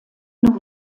nur